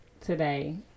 today